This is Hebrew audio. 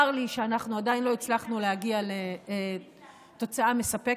צר לי שאנחנו עדיין לא הצלחנו להגיע לתוצאה מספקת.